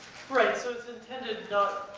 right, so it's intended not